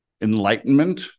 enlightenment